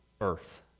earth